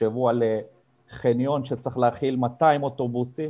תחשבו על חניון שצריך להכיל 200 אוטובוסים